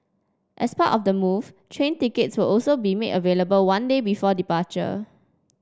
as part of the move train tickets will also be made available one day before departure